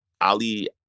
ali